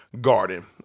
Garden